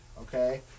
Okay